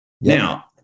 Now